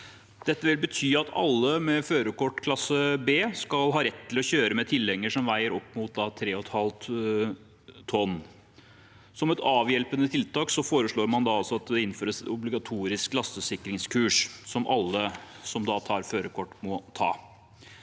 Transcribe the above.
Det vil bety at alle med førerkort klasse B skal ha rett til å kjøre med tilhenger som veier opp mot 3,5 tonn. Som et avhjelpende tiltak foreslår man også at det innføres obligatorisk lastesikringskurs, som alle som tar førerkort, må ta.